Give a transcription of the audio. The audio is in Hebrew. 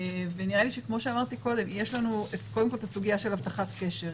ויש לנו קודם כל את הסוגיה של הבטחת קשר.